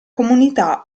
comunità